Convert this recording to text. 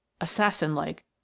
Assassin-like